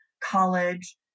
college